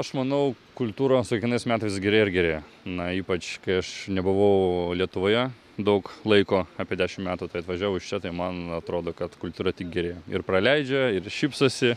aš manau kultūra su kiekvienais metais gerėja ir gerėja na ypač kai aš nebuvau lietuvoje daug laiko apie dešim metų tai atvažiavus čia tai man atrodo kad kultūra tik gerėja ir praleidžia ir šypsosi